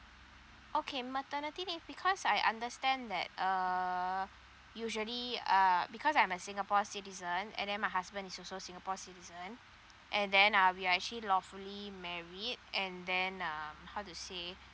okay maternity leave because I understand that uh usually uh because I'm a singapore citizen and then my husband is also singapore citizen and then uh we are actually lawfully married and then uh how to say